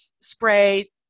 spray